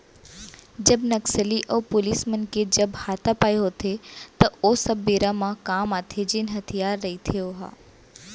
जब नक्सली अऊ पुलिस मन के जब हातापाई होथे त ओ सब बेरा म काम आथे जेन हथियार रहिथे ओहा